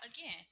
again